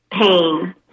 pain